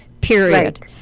period